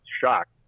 shocked